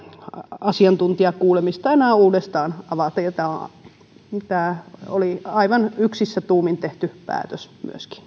asiantuntijakuulemista enää uudestaan avata ja tämä oli myöskin aivan yksissä tuumin tehty päätös